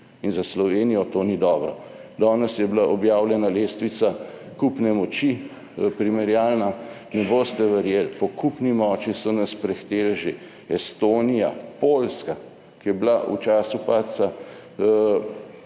in za Slovenijo to ni dobro. Danes je bila objavljena lestvica kupne moči, primerjalna. Ne boste verjeli, po kupni moči so nas prehiteli že Estonija, Poljska, ki je bila v času padca